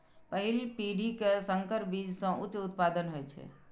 पहिल पीढ़ी के संकर बीज सं उच्च उत्पादन होइ छै